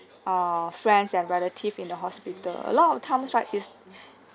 err friends and relatives in the hospital a lot of times right is